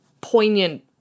poignant